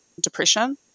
depression